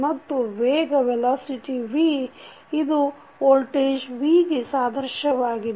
ಮತ್ತು ವೇಗ v ಇದು Voltage V ಗೆ ಸಾದೃಶ್ಯವಾಗಿದೆ